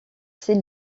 ces